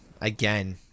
Again